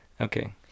okay